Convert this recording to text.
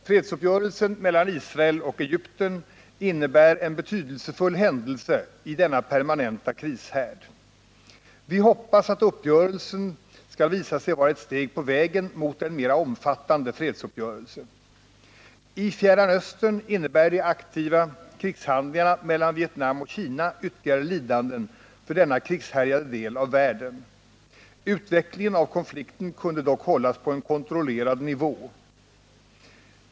Fredsuppgörelsen mellan Israel och Egypten innebär en betydel sefull händelse i denna permanenta krishärd. Vi hoppas att uppgörelsen skall visa sig vara ett steg på vägen mot en mera omfattande fredsuppgörelse. I Fjärran Östern innebar de aktiva krigshandlingarna mellan Vietnam och Kina ytterligare lidanden för denna krigshärjade del av världen. Utvecklingen av konflikten kunde dock hållas på en kontrollerad nivå.